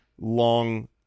long